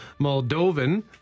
Moldovan